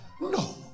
no